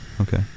Okay